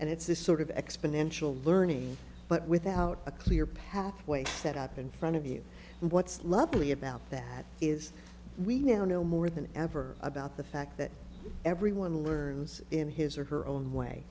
and it's this sort of exponential learning but without a clear pathway set up in front of you and what's lovely about that is we now know more than ever about the fact that everyone learns in his or her own way